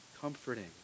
comforting